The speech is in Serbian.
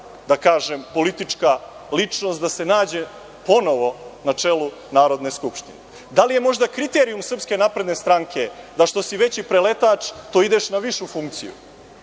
da kažem, politička ličnost da se nađe ponovo na čelu Narodne skupštine? Da li je možda kriterijum SNS da što si veći preletač to ideš na višu funkciju?